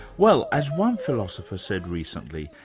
well as one philosopher said recently,